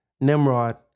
Nimrod